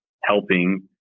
helping